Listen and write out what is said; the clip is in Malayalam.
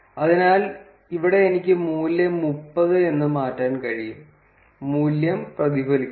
അതിനാൽ ഇവിടെ എനിക്ക് മൂല്യം 30 എന്ന് മാറ്റാൻ കഴിയും മൂല്യം പ്രതിഫലിക്കുന്നു